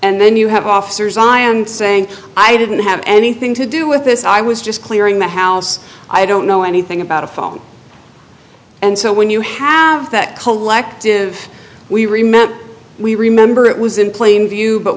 and then you have officers i am saying i didn't have anything to do with this i was just clearing the house i don't know anything about a phone and so when you have that collective we remember we remember it was in plain view but